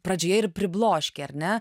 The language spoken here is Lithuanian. pradžioje ir pribloškia ar ne